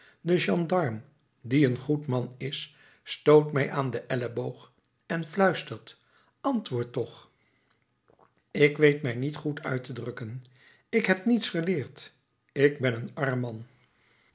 de gendarm die een goed man is stoot mij aan den elleboog en fluistert antwoord toch ik weet mij niet goed uit te drukken ik heb niets geleerd ik ben een arm man